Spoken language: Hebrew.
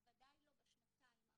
בוודאי לא בשנתיים האחרונות.